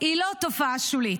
היא לא תופעה שולית,